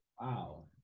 Wow